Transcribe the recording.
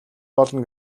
болно